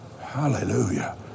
Hallelujah